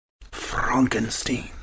Frankenstein